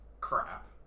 crap